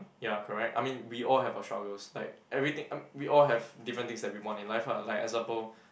ya correct I mean we all have our struggles like everything um we all have different things we want in life ah like example